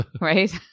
Right